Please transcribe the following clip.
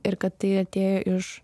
ir kad tai atėjo iš